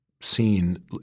seen